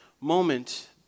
moment